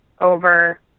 over